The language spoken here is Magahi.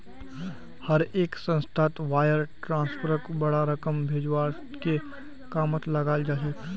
हर एक संस्थात वायर ट्रांस्फरक बडा रकम भेजवार के कामत लगाल जा छेक